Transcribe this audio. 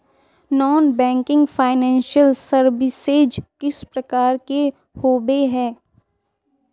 Non banking financial services किस प्रकार के होबे है?